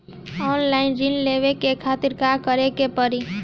Online ऋण लेवे के खातिर का करे के पड़ी?